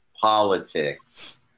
politics